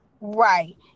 right